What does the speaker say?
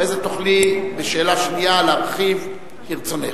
אחרי זה תוכלי, בשאלה שנייה, להרחיב כרצונך.